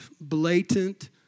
blatant